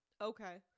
Okay